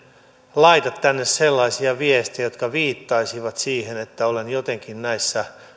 laita tänne sellaisia viestejä jotka viittaisivat siihen että olen jotenkin näissä